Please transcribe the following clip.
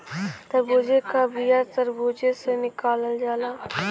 तरबूजे का बिआ तर्बूजे से निकालल जाला